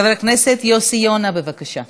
חבר הכנסת יוסי יונה, בבקשה.